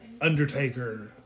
Undertaker